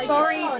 Sorry